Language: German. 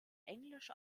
englisch